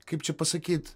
kaip čia pasakyt